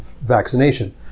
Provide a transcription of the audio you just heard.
vaccination